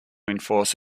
enforce